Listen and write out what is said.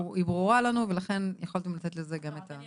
היא ברורה לנו ולכן גם יכולתם לתת לזה את המענה.